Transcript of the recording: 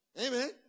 Amen